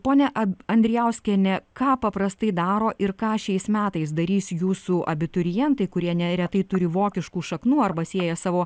ponia a andrijauskiene ką paprastai daro ir ką šiais metais darys jūsų abiturientai kurie neretai turi vokiškų šaknų arba sieja savo